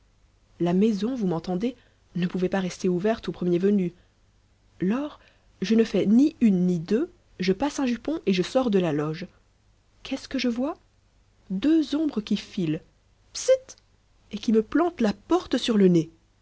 la maison vous m'entendez ne pouvait pas rester ouverte au premier venu lors je ne fais ni une ni deux je passe un jupon et je sors de la loge qu'est-ce que je vois deux ombres qui filent bssst et qui me plantent la porte sur le nez